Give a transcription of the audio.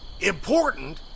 Important